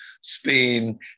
Spain